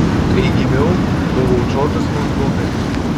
kai gimiau buvau džordžas montgomeris